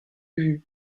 vue